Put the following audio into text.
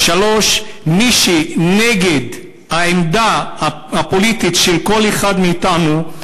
מי שהוא נגד העמדה הפוליטית של כל אחד מאתנו,